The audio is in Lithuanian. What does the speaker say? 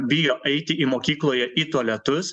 bijo eiti į mokykloje į tualetus